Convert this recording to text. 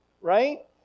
right